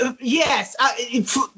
yes